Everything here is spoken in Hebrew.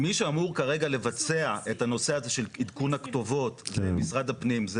מי שאמור לבצע את הנושא הזה של עדכון הכתובות זה משרד הפנים,